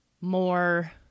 more